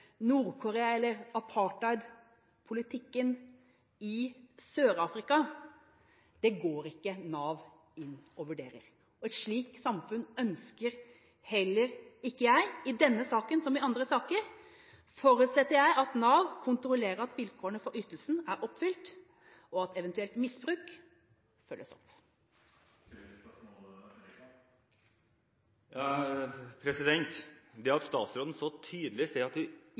eller apartheidpolitikken i Sør-Afrika, vurderer ikke Nav. Et slikt samfunn ønsker heller ikke jeg. I denne saken, som i andre saker, forutsetter jeg at Nav kontrollerer at vilkårene for ytelsen er oppfylt, og at eventuelt misbruk følges opp.